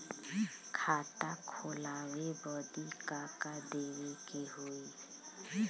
खाता खोलावे बदी का का देवे के होइ?